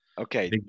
Okay